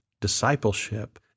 discipleship